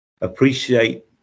appreciate